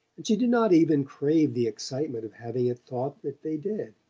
and she did not even crave the excitement of having it thought that they did.